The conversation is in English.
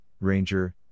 Ranger